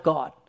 God